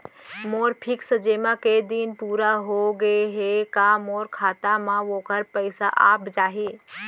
मोर fix जेमा के दिन पूरा होगे हे का मोर खाता म वोखर पइसा आप जाही?